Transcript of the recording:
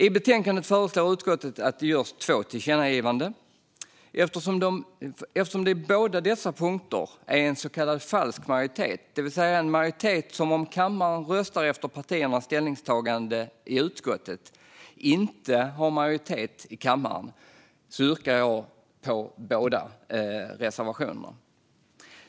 I betänkandet föreslår utskottet två tillkännagivanden. Eftersom det under båda dessa punkter är en så kallad falsk majoritet, det vill säga en majoritet som innebär att om kammaren röstar efter partiernas ställningstaganden i utskottet finns det inte en majoritet i kammaren, yrkar jag bifall till båda våra reservationer.